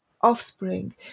offspring